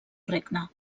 regne